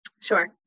Sure